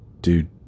dude